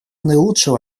наилучшего